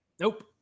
nope